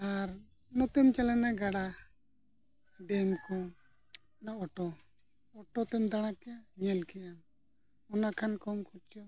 ᱟᱨ ᱱᱚᱛᱮᱢ ᱪᱟᱞᱟᱣᱱᱟ ᱜᱟᱰᱟ ᱰᱮᱹᱢ ᱠᱚ ᱚᱱᱟ ᱚᱴᱳ ᱚᱴᱳ ᱛᱮ ᱫᱟᱬᱟ ᱠᱮᱜ ᱟᱢ ᱧᱮᱞ ᱠᱮᱜᱼᱟ ᱚᱱᱟ ᱠᱷᱟᱱ ᱠᱚᱢ ᱠᱷᱚᱨᱪᱟ